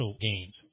gains